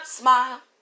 smile